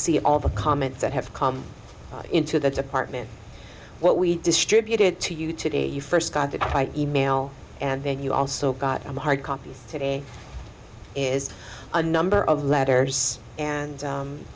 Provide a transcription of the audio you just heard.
see all the comments that have come into the department what we distributed to you today you first got the e mail and then you also got on the hard copy today is a number of letters and